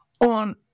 on